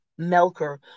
Melker